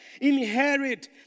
Inherit